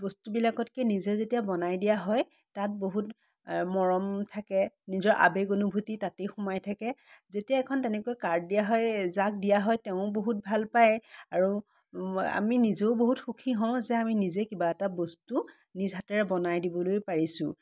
বস্তুবিলাকতকৈ নিজে যেতিয়া বনাই দিয়া হয় তাত বহুত মৰম থাকে নিজৰ আবেগ অনুভূতি তাতেই সোমাই থাকে যেতিয়া এখন তেনেকৈ কাৰ্ড দিয়া হয় যাক দিয়া হয় তেওঁ বহুত ভাল পায় আৰু আমি নিজেও বহুত সুখী হও যে আমি নিজে কিবা এটা বস্তু নিজ হাতেৰে বনাই দিবলৈ পাৰিছোঁ